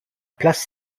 place